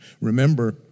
Remember